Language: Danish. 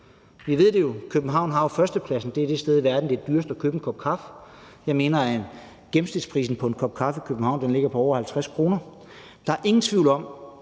Vi ved det jo; København har førstepladsen og er det sted i verden, hvor det er dyrest at købe en kop kaffe. Jeg mener, at gennemsnitsprisen på en kop kaffe i København ligger på over 50 kr. Der er ingen tvivl om,